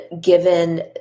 given